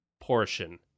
portion